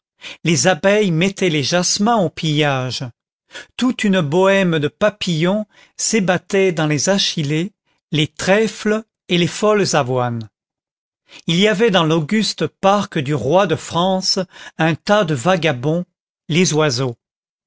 les abeilles mettaient les jasmins au pillage toute une bohème de papillons s'ébattait dans les achillées les trèfles et les folles avoines il y avait dans l'auguste parc du roi de france un tas de vagabonds les oiseaux